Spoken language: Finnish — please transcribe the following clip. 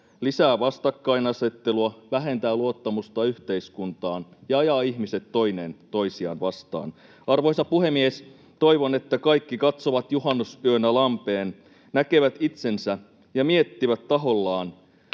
lisää vastakkainasettelua, vähentää luottamusta yhteiskuntaan ja ajaa ihmiset toinen toisiaan vastaan. Arvoisa puhemies! Toivon, että kaikki katsovat juhannusyönä lampeen, näkevät itsensä ja miettivät tahollaan,